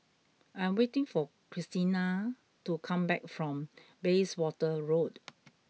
I am waiting for Christina to come back from Bayswater Road